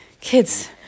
kids